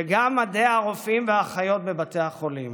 וגם מדי הרופאים והאחיות בבתי החולים.